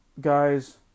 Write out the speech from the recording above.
guys